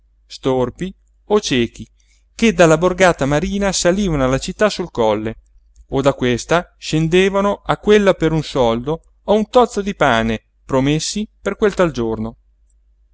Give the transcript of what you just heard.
storpii o ciechi che dalla borgata marina salivano alla città sul colle o da questa scendevano a quella per un soldo o un tozzo di pane promessi per quel tal giorno